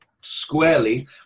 squarely